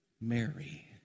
Mary